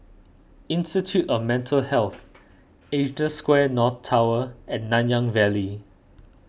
Institute of Mental Health Asia Square North Tower and Nanyang Valley